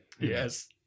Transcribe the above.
Yes